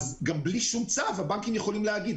גם בלי שום צו הבנקים יכולים להגיד,